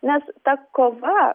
nes ta kova